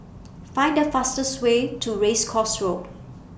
Find The fastest Way to Race Course Road